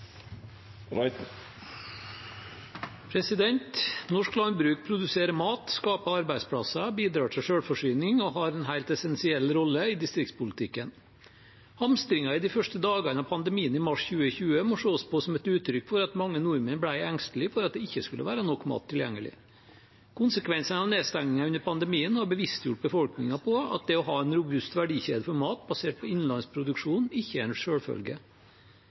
dag. Norsk landbruk produserer mat, skaper arbeidsplasser, bidrar til selvforsyning og har en helt essensiell rolle i distriktspolitikken. Hamstringen i de første dagene av pandemien i mars 2020 må ses som et uttrykk for at mange nordmenn ble engstelige for at det ikke skulle være nok mat tilgjengelig. Konsekvensene av nedstengningen under pandemien har bevisstgjort befolkningen på at det å ha en robust verdikjede for mat basert på innlandsproduksjon